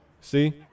see